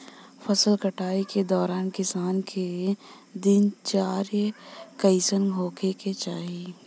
फसल कटाई के दौरान किसान क दिनचर्या कईसन होखे के चाही?